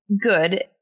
Good